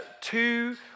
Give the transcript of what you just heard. two